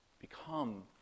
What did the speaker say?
become